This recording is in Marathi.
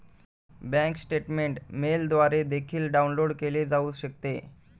बँक स्टेटमेंट मेलद्वारे देखील डाउनलोड केले जाऊ शकते